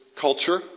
culture